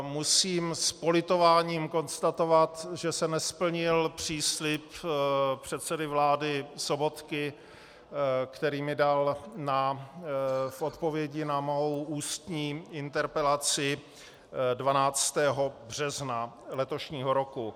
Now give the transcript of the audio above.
Musím s politováním konstatovat, že se nesplnil příslib předsedy vlády Sobotky, který mi dal v odpovědi na mou ústní interpelaci 12. března letošního roku.